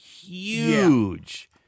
huge